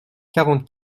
quarante